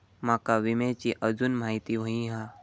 माका विम्याची आजून माहिती व्हयी हा?